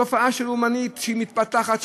תופעה של לאומנות שמתפתחת,